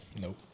Nope